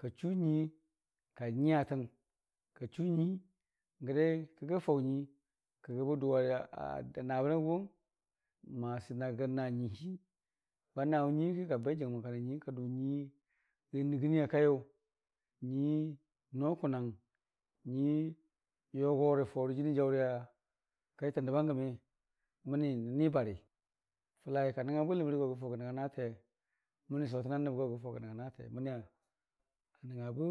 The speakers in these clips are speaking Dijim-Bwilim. Kachu nyuii ka nyiyatən, kachu nyuii n'gə bədʊwe a nabəna gʊwʊng masi nagə naa nyuiihi ba naawʊ nyuiihiiki kabe jəngmən kana nyuii kadʊ nyuiirə nɨgɨnii a kaiyʊ, nyuii no kʊnong, nyuii yogorə fawerə jənii akaita nəbbangəmi məni nən nibari, fəlai kə nəngnga bwiləmri go gəfaʊga nəngnga naatee, məmii sotəna nəbgo gəfaʊgə nəngnga naatee məni a nəngnga bə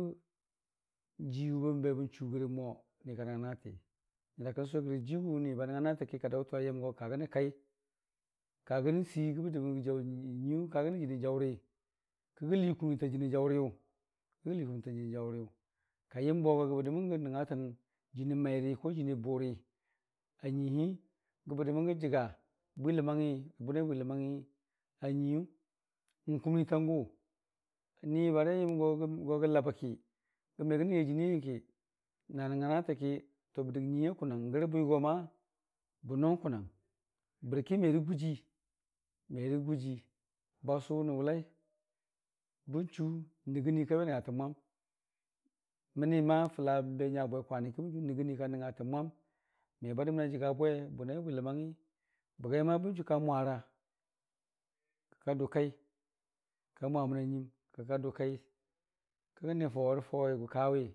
jiiwʊ bən be ben chugrəno niwʊka nəngnga nauti, nyəra kən gʊwe gərərə jiiguwung kadaʊtən sʊwemo niba nəngnga nafəki ayəmgo ka gənə kai ka gənə sii bəgə dəmən bəgə jaʊrə nyuiiyʊ ka gənə janii jaʊri kəgə liikwniita jənii jinii jaʊriyʊ ka yəm go, ka yəmgo bəgə dəmən gə nəngnga tən jənii malitən jənii bʊri a nyuiihi, bəgə dəmən gə jəga bwiləmangngirə bʊraiabwi ləmangngi a nyuiyʊ, n'kumnii tangʊ nibari ayəm gogə labəki gəmegəna yai jəniiyaiyəki naa nəngnga natəki bədək nyuiihi akʊnong n'gərə bwigo bə nong kʊnong bərki merə gujii merə gujii basʊʊnən wʊlai bənchu nɨgɨnii kabe nəngngatən mwan məni fələ n'ben nya bwe kwani ki bən chu nɨgɨniika nəngnga tən mwam meba dəməna jəga bwe bʊnai a bwiləmangngi bəgai nyang bən chukika mwara kika dʊkai ka mwamənanyuiim kika dʊkai kikən di n'fawerə faʊwigʊkawi.